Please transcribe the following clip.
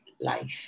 life